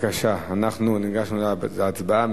בבקשה, אנחנו ניגש להצבעה.